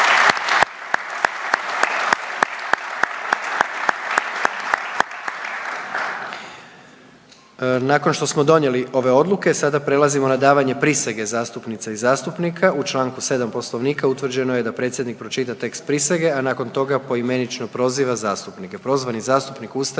vam svako dobro. /Pljesak./ Dakle sada ćemo preći na davanje prisege zastupnika. U Članku 7. Poslovnika utvrđeno je da predsjednik pročita tekst prisege, a nakon toga poimenično proziva zastupnike, prozvani zastupnik ustaje